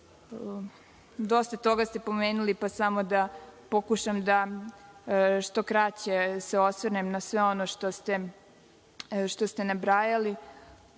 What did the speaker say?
toga ste pomenuli, pa samo da pokušam da što kraće se osvrnem na sve ono što ste nabrajali.